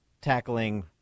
Tackling